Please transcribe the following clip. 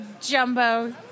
jumbo